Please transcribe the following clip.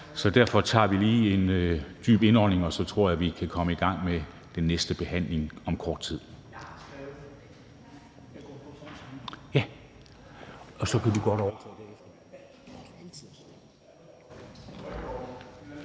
Så derfor tager vi lige en dyb indånding, og så tror jeg, at vi kan komme i gang med den næste behandling om kort tid.